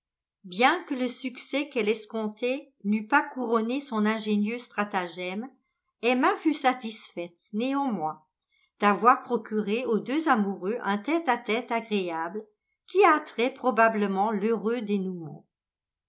bien que le succès qu'elle escomptait n'eût pas couronné son ingénieux stratagème emma fut satisfaite néanmoins d'avoir procuré aux deux amoureux un tête-à-tête agréable qui hâterait probablement l'heureux